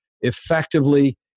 effectively